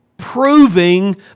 proving